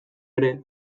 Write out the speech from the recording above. ere